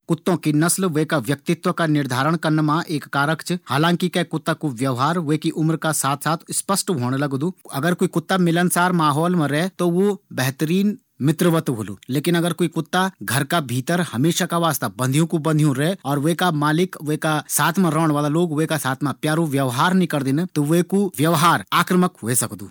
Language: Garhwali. कुत्तों की नस्ल विका व्यक्तित्व का निर्धारण करना मा एक कारक च। हालांकि कै कुत्ता कू व्यवहार विकी उम्र का साथ स्पष्ट होंण लगदू। अगर कुई कुत्ता मिलनसार माहौल मा रै त वू बेहतरीन मित्रवत होलू। लेकिन अगर कुई कुत्ता घर का भीतर बंध्यूँ कू बंध्यूँ रै और विका मालिक और विका साथ मा रौण वाळा विका साथ मा प्यारु व्यवहार नी करदिन त विकू व्यवहार आक्रामक ह्वे सकदू।